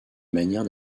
manière